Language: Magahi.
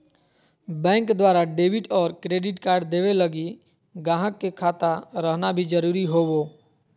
बैंक द्वारा डेबिट और क्रेडिट कार्ड देवे लगी गाहक के खाता रहना भी जरूरी होवो